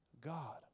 God